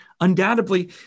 undoubtedly